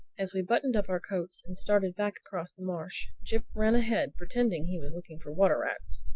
as we buttoned up our coats and started back across the marsh, jip ran ahead pretending he was looking for water-rats.